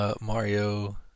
Mario